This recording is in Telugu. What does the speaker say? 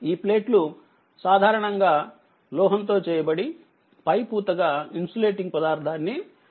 ఈ ప్లేట్లు సాధారణంగాలోహం తో చేయబడి పై పూతగా ఇన్సులేటింగ్పదార్థాన్ని కలిగి ఉంటాయి